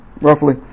roughly